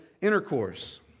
intercourse